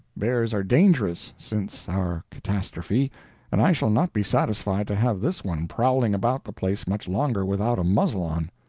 bears are dangerous since our catastrophe and i shall not be satisfied to have this one prowling about the place much longer without a muzzle on.